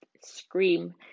scream